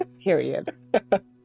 Period